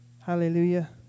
hallelujah